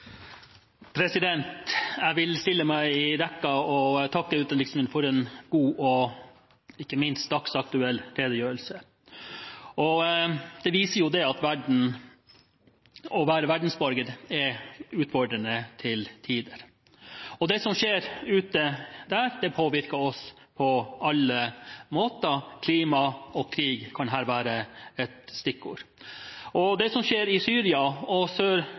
god og ikke minst dagsaktuell redegjørelse. Den viser at det å være verdensborger er utfordrende til tider. Det som skjer ute, påvirker oss på alle måter. Klima og krig kan her være stikkord. Det som skjer i Syria og